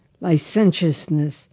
licentiousness